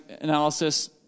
analysis